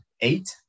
eight